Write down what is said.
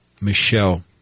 Michelle